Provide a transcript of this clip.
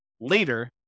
later